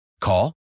Call